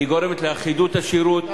היא גורמת לאחידות השירות,